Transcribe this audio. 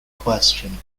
question